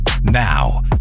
Now